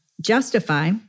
justify